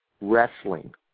wrestling